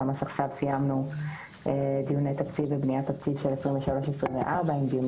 ממש עכשיו סיימנו דיוני תקציב ובניית תקציב של 2023-2024 עם דיוני